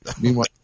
Meanwhile